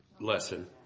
lesson